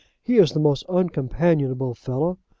he is the most uncompanionable fellow.